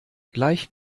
gleich